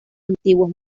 antiguos